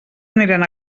aniran